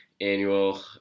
annual